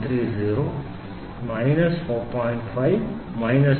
500 G3 40